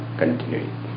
continuing